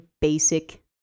basic